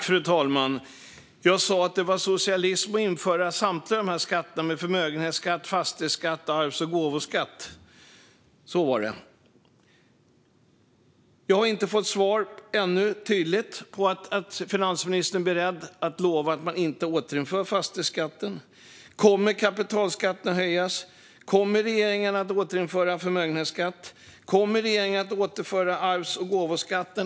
Fru talman! Jag sa att det var socialism att införa samtliga dessa skatter: förmögenhetsskatt, fastighetsskatt och arvs och gåvoskatt. Så var det. Jag har ännu inte fått ett tydligt svar. Är finansministern beredd att lova att man inte återinför fastighetsskatten? Kommer kapitalskatten att höjas? Kommer regeringen att återinföra förmögenhetskatt? Kommer regeringen att återinföra arvs och gåvoskatten?